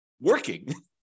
working